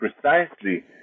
precisely